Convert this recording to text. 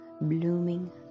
blooming